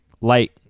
light